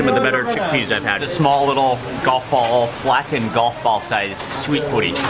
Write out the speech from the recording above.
the better chickpeas i've had. a small little golf ball, flattened golf ball-sized sweet puri.